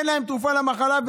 אין להם תרופה למחלה.